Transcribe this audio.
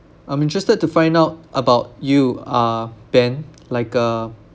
I'm interested to find out about you uh ben like uh